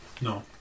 No